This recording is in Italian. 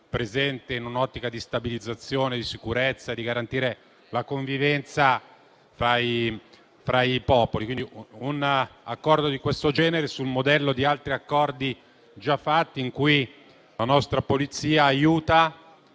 presente, in un’ottica di stabilizzazione e di sicurezza per garantire la convivenza fra i popoli. Un Accordo di questo genere è sul modello di altri già conclusi, in cui la nostra forza di